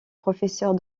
professeure